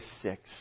six